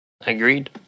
Agreed